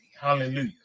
hallelujah